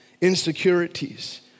insecurities